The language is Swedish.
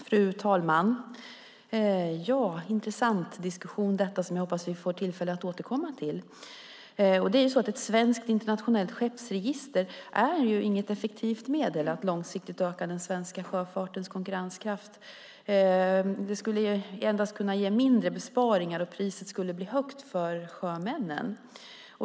Fru talman! Detta är en intressant diskussion som jag hoppas att vi får tillfälle att återkomma till. Ett svenskt internationellt skeppsregister är inget effektivt medel för att långsiktigt öka den svenska sjöfartens konkurrenskraft. Det skulle endast kunna ge mindre besparingar, och priset skulle bli högt för sjömännen.